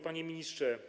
Panie Ministrze!